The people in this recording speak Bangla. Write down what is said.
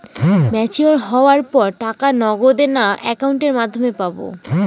ম্যচিওর হওয়ার পর টাকা নগদে না অ্যাকাউন্টের মাধ্যমে পাবো?